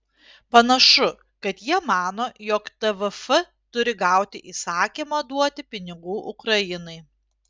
panašu kad jie mano jog tvf turi gauti įsakymą duoti pinigų ukrainai